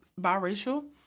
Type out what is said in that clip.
biracial